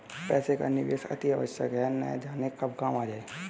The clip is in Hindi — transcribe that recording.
पैसे का निवेश अतिआवश्यक है, न जाने कब काम आ जाए